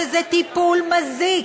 שזה טיפול מזיק.